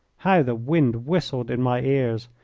how the wind whistled in my ears,